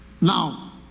Now